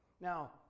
Now